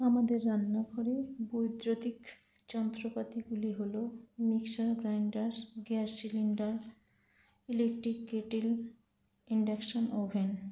আমাদের রান্নাঘরে বৈদ্যুতিক যন্ত্রপাতিগুলি হলো mixer grinders gas cylinder electric kettle induction oven